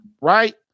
right